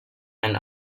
and